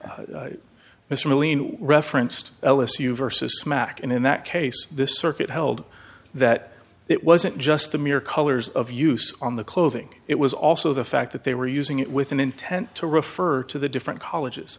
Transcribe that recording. t mr mclean referenced ellice you versus smack in that case this circuit held that it wasn't just the mere colors of use on the clothing it was also the fact that they were using it with an intent to refer to the different colleges